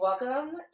welcome